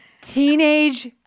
teenage